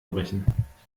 brechen